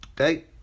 Okay